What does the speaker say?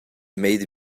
made